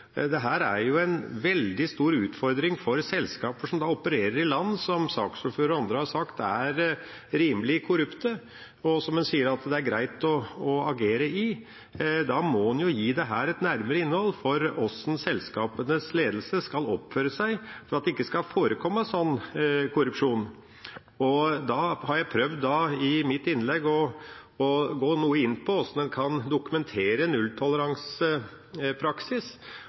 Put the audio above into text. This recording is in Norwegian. om her, er hvordan vi skal forhindre det, og da er det ikke nok bare å terpe på begrepet nulltoleranse for korrupsjon, en må gi det et nærmere innhold. Dette er en veldig stor utfordring for selskaper som opererer i land som saksordføreren og andre har sagt er rimelig korrupte, og som en sier at det er greit å agere i. Da må en gi dette et nærmere innhold opp mot hvordan selskapenes ledelse skal oppføre seg for at det ikke skal forekomme sånn korrupsjon, og jeg har prøvd i mitt